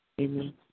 Amen